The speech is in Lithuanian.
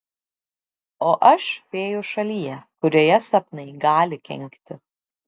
o aš fėjų šalyje kurioje sapnai gali kenkti